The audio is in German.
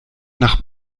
nach